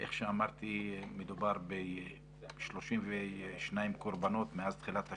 כמו שאמרתי, מדובר ב-32 קורבנות מאז תחילת השנה,